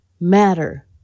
matter